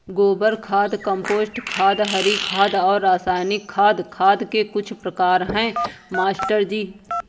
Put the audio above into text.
गोबर खाद कंपोस्ट खाद हरी खाद और रासायनिक खाद खाद के कुछ प्रकार है मास्टर जी